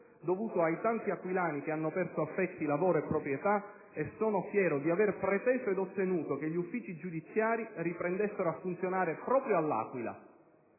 dovuto ai tanti aquilani che hanno perso affetti, lavoro e proprietà, e sono fiero di aver preteso ed ottenuto che gli uffici giudiziari riprendessero a funzionare proprio all'Aquila.